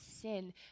sin